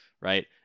right